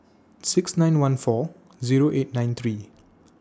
six nine one four Zero eight nine three